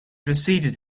receded